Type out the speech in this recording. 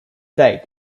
date